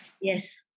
Yes